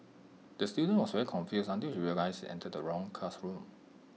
the student was very confused until he realised he entered the wrong classroom